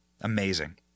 Amazing